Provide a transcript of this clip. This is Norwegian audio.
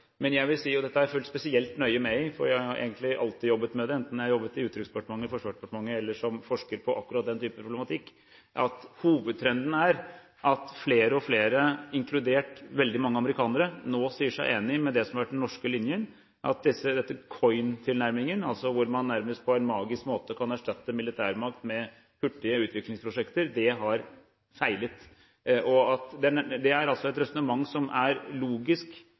Men jeg vil si – og dette har jeg fulgt spesielt nøye med i, for jeg har egentlig alltid jobbet med det, enten jeg har jobbet i Utenriksdepartementet, Forsvarsdepartementet eller som forsker på akkurat den typen problematikk – at hovedtrenden er at flere og flere, inkludert veldig mange amerikanere, nå sier seg enig i det som har vært den norske linjen, at denne COIN-tilnærmingen – hvor man altså nærmest på en magisk måte kan erstatte militærmakt med hurtige utviklingsprosjekter – har feilet. Det er altså et resonnement som er logisk